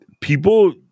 People